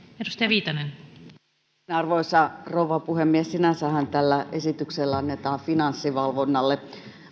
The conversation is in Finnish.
arvoisa rouva puhemies sinänsähän tällä esityksellä annetaan finanssivalvonnalle